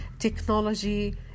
technology